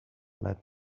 let